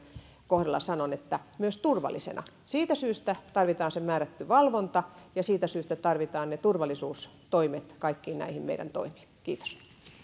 kohdalla sanon myös turvallisena siitä syystä tarvitaan määrätty valvonta ja siitä syystä tarvitaan turvallisuustoimet kaikkiin näihin meidän toimiimme kiitos